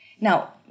Now